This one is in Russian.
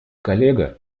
коллега